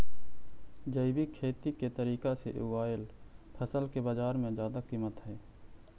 जैविक खेती के तरीका से उगाएल फसल के बाजार में जादा कीमत हई